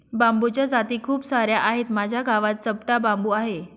बांबूच्या जाती खूप सार्या आहेत, माझ्या गावात चपटा बांबू आहे